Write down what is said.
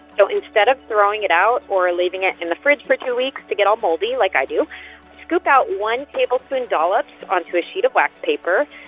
so instead of throwing it out or leaving it in the fridge for two weeks to get all moldy like i do scoop out one tablespoon dollops onto a sheet of wax paper,